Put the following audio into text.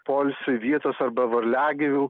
poilsiui vietos arba varliagyvių